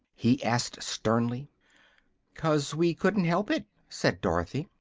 he asked, sternly cause we couldn't help it, said dorothy.